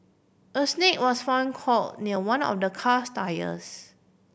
a snake was found coil near one of the car's tyres